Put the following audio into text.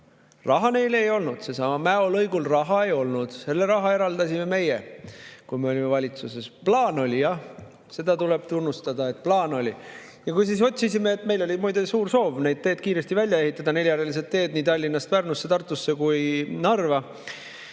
Raha neile ei olnud! Sellelesamale Mäo lõigule raha ei olnud. Selle raha eraldasime meie, kui me olime valitsuses. Plaan oli, jah. Seda tuleb tunnustada, et plaan oli. Meil oli muide suur soov need teed kiiresti välja ehitada, neljarealised teed nii Tallinnast Pärnusse, Tartusse kui ka Narva.